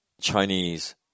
Chinese